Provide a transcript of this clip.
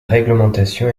réglementation